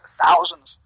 thousands